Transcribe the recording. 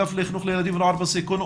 האגף לחינוך נוער ילדים בסיכון,